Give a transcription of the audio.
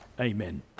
Amen